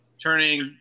turning